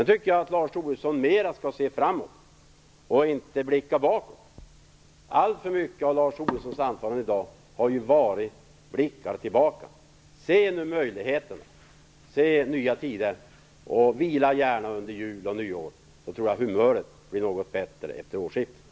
Jag tycker att Lars Tobisson mera skall se framåt, och inte blicka bakåt. Alltför mycket av Lars Tobissons anförande i dag var tillbakablickar. Se möjligheterna! Se den nya tiden! Vila gärna under jul och nyår, så tror jag att humöret blir något bättre efter årsskiftet.